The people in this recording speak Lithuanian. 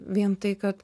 vien tai kad